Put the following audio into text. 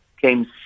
came